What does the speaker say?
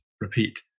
Repeat